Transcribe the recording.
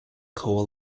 coal